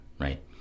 right